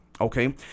okay